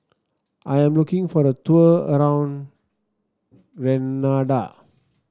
I am looking for a tour around Grenada